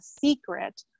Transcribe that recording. secret